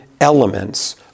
elements